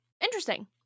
Interesting